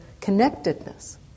connectedness